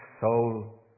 soul